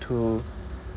to